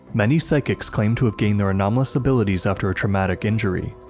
many psychics claimed to have gained their anomalous abilities after a traumatic injury.